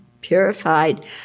purified